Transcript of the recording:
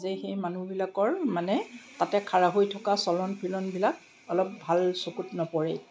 যে সেই মানুহবিলাকৰ মানে তাতে খাৰা হৈ থকা চলন ফুৰণবিলাক অলপ ভাল চকুত নপৰে